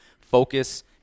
focus